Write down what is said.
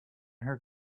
her